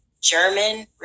German